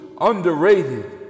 underrated